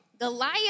Goliath